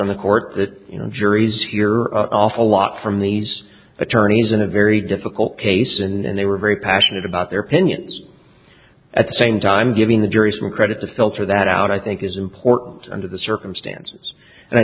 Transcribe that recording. on the court that juries hear off a lot from these attorneys in a very difficult case and they were very passionate about their opinions at the same time giving the jury some credit to filter that out i think is important under the circumstances and i